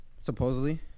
Supposedly